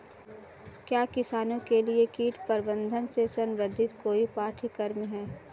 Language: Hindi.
क्या किसानों के लिए कीट प्रबंधन से संबंधित कोई पाठ्यक्रम है?